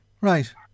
Right